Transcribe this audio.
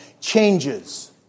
changes